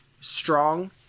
strong